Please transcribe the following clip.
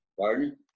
Pardon